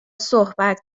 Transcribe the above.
صحبت